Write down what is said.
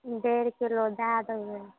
डेढ़ किलो दय देबै